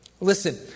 Listen